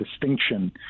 distinction